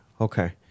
Okay